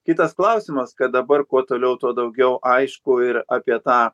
kitas klausimas kad dabar kuo toliau tuo daugiau aišku ir apie tą